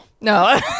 No